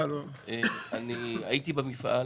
אני הייתי במפעל.